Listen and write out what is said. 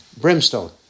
brimstone